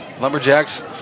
Lumberjacks